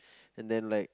and then like